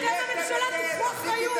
אתם, הממשלה, תיקחו אחריות.